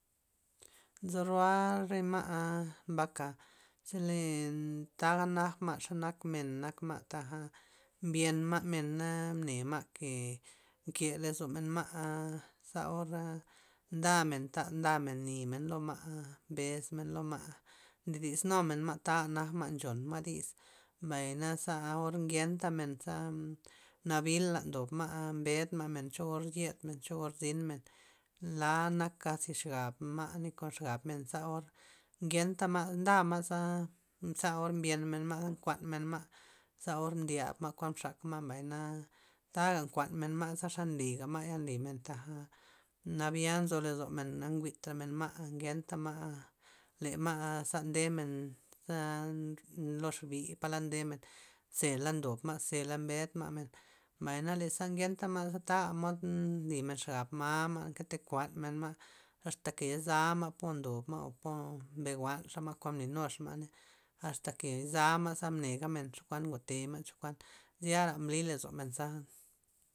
Nzo ro'a re ma' mbaka' chele taga nak ma' xaga men nak ma' taja mbyen ma' men na' ne ma' nke lozo men ma', za or ndamen ta ndamen nimen lo ma' mbes lo ma' ndo dis numen ma' taga nak ma' nchon ma' dis, mbay naza or genta menza nabila' ndo ma' mbed ma' orza yed cho orza zynmen, la na kasi nak xab ma' ni kon xamen za or ngenta ma' nda ma'za za or bienmen ma' za nkuan men ma', za or dyab ma' kuan mxak ma' mbay na' taga nkuan men za xa nliga ma'ya nliga men taga nabil nzo lozomen na njwi'tra men ma' ngenta ma' le ma' ze ndema' men za loxbi' palad ndemen zela ndob ma' zela mbed ma' men, mbay leza ngenta ma'za taga mod nly men xab ma ma' nke te kuan men ma' asta ke yezalma' po ndo ma' o po mbe jwa'nxa ma kuan mbli nuxa ma', asta ke yozalma' ze negamen kuan ngo te ma' cho kuan xyara mbli lozo men za.